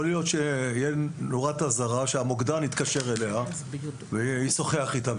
יכול להיות שתהיה נורת אזהרה שהמוקדן יתקשר אליה וישוחח איתה.